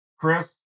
Chris